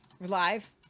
live